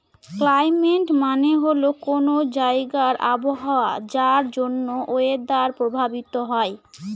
climate মানে হল কোনো জায়গার আবহাওয়া যার জন্য ওয়েদার প্রভাবিত হয়